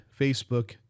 Facebook